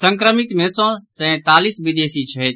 संक्रमित मे सँ सँतालीस विदेशी छथि